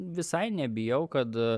visai nebijau kad